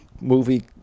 movie